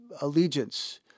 allegiance